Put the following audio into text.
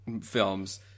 films